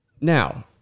Now